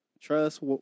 Trust